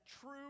true